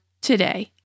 today